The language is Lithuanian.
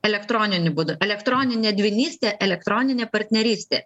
elektroniniu būdu elektroninė edvinystė elektroninė partnerystė